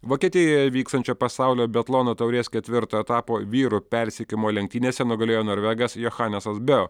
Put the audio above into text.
vokietijoje vykstančio pasaulio biatlono taurės ketvirto etapo vyrų persekiojimo lenktynėse nugalėjo norvegas jochanesas bio